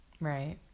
right